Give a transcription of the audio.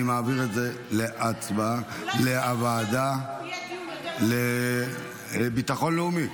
אני מעביר את זה להצבעה להעביר לוועדה לביטחון לאומי,